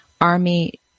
army